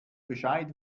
bescheid